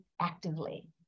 actively